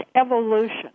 Evolution